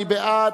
מי בעד?